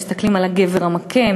מסתכלים על הגבר המכה,